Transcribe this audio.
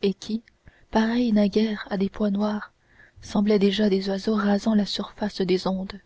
et qui pareilles naguère à des points noirs semblaient déjà des oiseaux rasant la surface des ondes